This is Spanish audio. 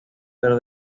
pero